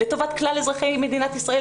לטובת כלל אזרחי מדינת ישראל.